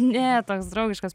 ne toks draugiškas